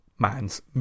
man's